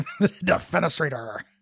Defenestrator